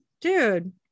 dude